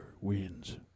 wins